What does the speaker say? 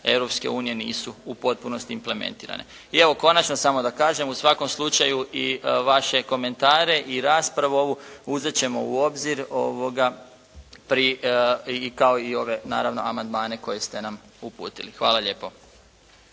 Europske unije nisu u potpunosti implementirane. I evo konačno samo da kažem, u svakom slučaju i vaše komentare i raspravu ovu uzet ćemo u obzir kao i ove naravno amandmane koje ste nam uputili. Hvala lijepo.